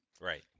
Right